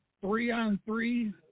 three-on-three